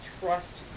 trust